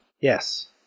yes